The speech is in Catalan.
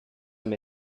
hem